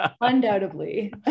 undoubtedly